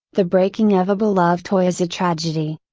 the breaking of a beloved toy is a tragedy.